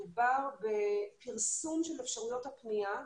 מדובר בפרסום של אפשרויות הפנייה.